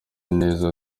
neza